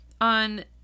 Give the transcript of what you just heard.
on